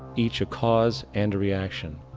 each a cause and a reaction,